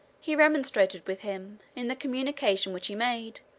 he remonstrated with him, in the communication which he made,